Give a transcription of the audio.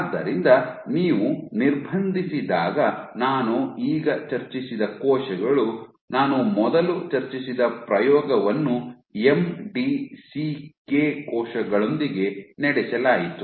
ಆದ್ದರಿಂದ ನೀವು ನಿರ್ಬಂಧಿಸಿದಾಗ ನಾನು ಈಗ ಚರ್ಚಿಸಿದ ಕೋಶಗಳು ನಾನು ಮೊದಲು ಚರ್ಚಿಸಿದ ಪ್ರಯೋಗವನ್ನು ಎಂಡಿಸಿಕೆ ಕೋಶಗಳೊಂದಿಗೆ ನಡೆಸಲಾಯಿತು